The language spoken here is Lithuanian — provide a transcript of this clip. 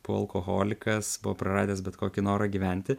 buvo alkoholikas buvo praradęs bet kokį norą gyventi